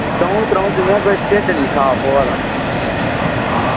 द'ऊं त्र'ऊं दिनें दा कोई ढिड्ड निं साफ होआ दा